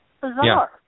Bizarre